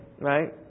right